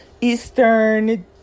Eastern